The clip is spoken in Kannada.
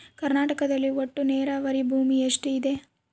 ಕರ್ನಾಟಕದಲ್ಲಿ ಒಟ್ಟು ನೇರಾವರಿ ಭೂಮಿ ಎಷ್ಟು ಇದೆ?